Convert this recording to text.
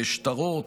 שטרות,